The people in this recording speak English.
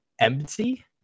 empty